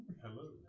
Hello